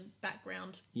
background